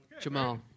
Jamal